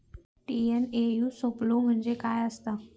TNAU सापलो म्हणजे काय असतां?